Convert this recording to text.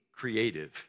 creative